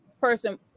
person